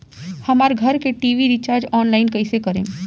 हमार घर के टी.वी रीचार्ज ऑनलाइन कैसे करेम?